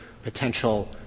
potential